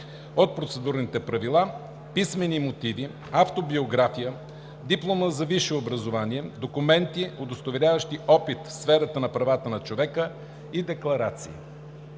от Процедурните правила – писмени мотиви, автобиография, диплома за висше образование, документи, удостоверяващи опит в сферата на правата на човека, и декларации.